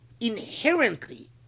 inherently